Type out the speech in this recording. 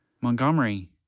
Montgomery